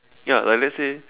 ya like let's say